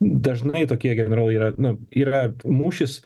dažnai tokie generolai yra nu yra mūšis